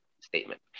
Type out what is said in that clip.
statement